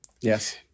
Yes